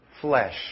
flesh